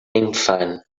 infant